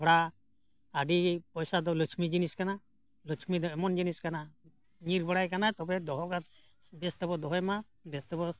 ᱛᱷᱚᱲᱟ ᱟᱹᱰᱤ ᱯᱚᱭᱥᱟ ᱫᱚ ᱞᱟᱹᱪᱷᱢᱤ ᱡᱤᱱᱤᱥ ᱠᱟᱱᱟ ᱞᱟᱹᱪᱷᱢᱤ ᱫᱚ ᱮᱢᱚᱱ ᱡᱤᱱᱤᱥ ᱠᱟᱱᱟ ᱧᱤᱨ ᱵᱟᱲᱟᱭ ᱠᱟᱱᱟ ᱛᱚᱵᱮ ᱫᱚᱦᱚ ᱠᱟᱫᱟ ᱵᱮᱥ ᱛᱮᱵᱚᱱ ᱫᱚᱦᱚᱭᱼᱢᱟ ᱵᱮᱥ ᱛᱮᱵᱚᱱ